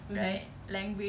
mmhmm